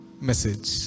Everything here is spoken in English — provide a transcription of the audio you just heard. message